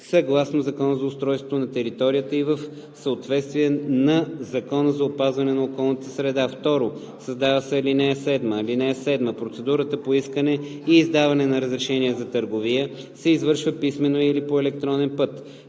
съгласно Закона за устройство на територията и в съответствие на Закона за опазване на околната среда.“ 2. Създава се ал. 7: „(7) Процедурата по искане и издаване на разрешение за търговия се извършва писмено или по електронен път.“